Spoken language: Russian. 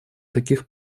таких